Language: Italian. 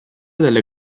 delle